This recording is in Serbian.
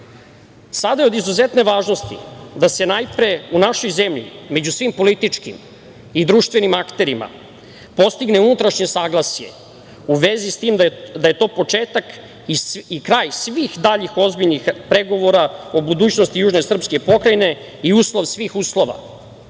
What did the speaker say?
je od izuzetne važnosti da se najpre u našoj zemlji među svim političkim i društvenim akterima postigne unutrašnje saglasje u vezi s tim da je to početak i kraj svih daljih ozbiljnih pregovora o budućnosti južne srpske pokrajine i uslov svih uslova.